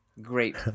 great